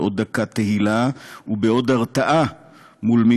בעוד דקת תהילה ובעוד הרתעה מול מי